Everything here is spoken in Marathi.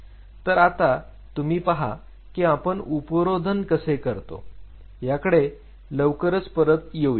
तर आता तुम्ही पहा की आपण उपरोधन कसे करतो याकडे लवकरच परत येईल